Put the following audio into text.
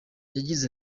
yagize